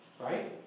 right